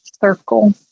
circle